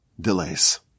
Delays